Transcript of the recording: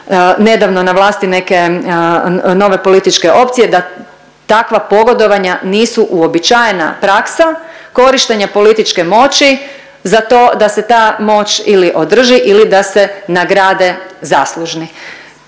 nedavno na vlasti neke nove političke opcije, da takva pogodovanja nisu uobičajena praksa korištenja političke moći za to da se ta moć ili održi ili da se nagrade zaslužni.